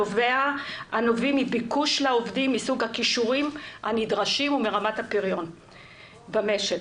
הנובעים מביקוש לעובדים מסוג הכישורים הנדרשים ומרמת הפריון במשק.